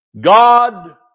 God